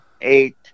eight